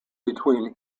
between